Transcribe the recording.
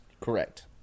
Correct